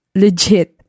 legit